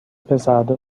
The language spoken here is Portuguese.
pesada